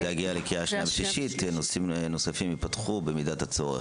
כשזה יגיע לקריאה שנייה ושלישית נושאים נוספים ייפתחו במידת הצורך.